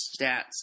stats